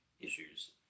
issues